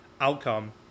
outcome